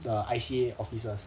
the I_C_A officers